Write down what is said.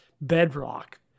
bedrock